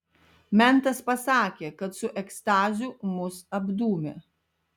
mentas pasakė kad su ekstazių mus apdūmė